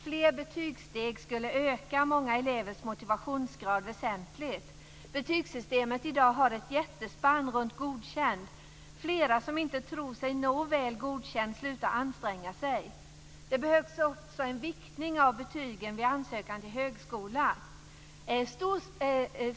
Fler betygssteg skulle öka många elevers motivationsgrad väsentligt. Betygssystemet i dag har ett jättespann runt Godkänd. Flera som inte tror sig nå Väl godkänd slutar anstränga sig. Det behövs också en viktning av betygen vid ansökan till högskola.